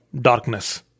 darkness